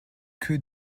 que